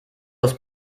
ist